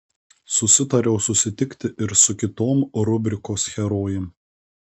susitariau susitikti ir su kitom rubrikos herojėm